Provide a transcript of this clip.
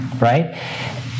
right